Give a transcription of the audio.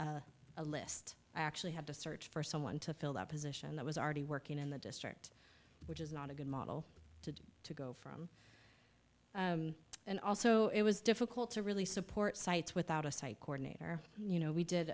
a a list i actually had to search for someone to fill that position that was already working in the district which is not a good model to to go from and also it was difficult to really support sites without a site coordinator you know we did